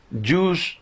Jews